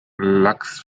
lax